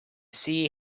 sea